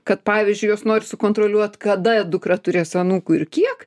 kad pavyzdžiui jos nori sukontroliuot kada dukra turės anūkų ir kiek